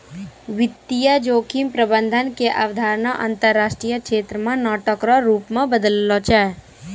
वित्तीय जोखिम प्रबंधन के अवधारणा अंतरराष्ट्रीय क्षेत्र मे नाटक रो रूप से बदललो छै